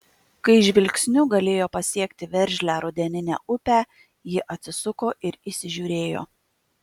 kai žvilgsniu galėjo pasiekti veržlią rudeninę upę ji atsisuko ir įsižiūrėjo